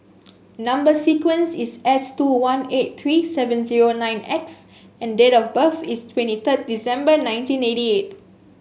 number sequence is S two one eight three seven zero nine X and date of birth is twenty third December nineteen eighty eight